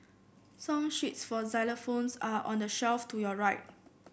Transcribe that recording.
song sheets for xylophones are on the shelf to your right